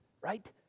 right